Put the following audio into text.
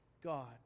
God